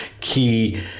key